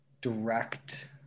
direct